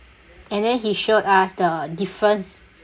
and then he showed us the difference